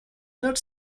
not